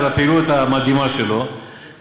על הפעילות המדהימה שלו,